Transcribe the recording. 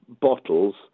bottles